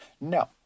No